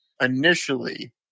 initially